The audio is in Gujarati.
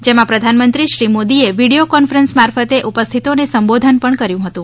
જેમાં પ્રધાનમંત્રી શ્રી મોદીએ વિડિયો કોન્ફરન્સ મારફતે ઉપસ્થિતોને સંબોધન પણ કર્યુ હતુ